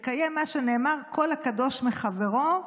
לקיים מה שנאמר: כל הקדוש מחברו,